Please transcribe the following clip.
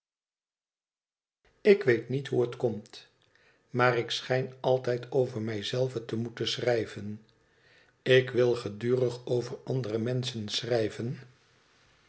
ik weet niet hoe het komt maar ik schijn altijd over mij zelve te moeten schrijven ik wil gedurig over andere menschen schrijven